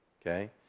okay